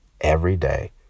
everyday